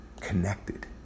connected